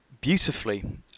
beautifully